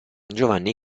giovanni